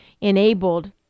enabled